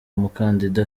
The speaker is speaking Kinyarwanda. umukandida